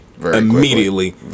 immediately